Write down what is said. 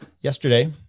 Yesterday